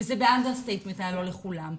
וכשאני אומרת לא לכולם,